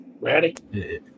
ready